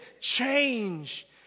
change